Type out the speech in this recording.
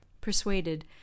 persuaded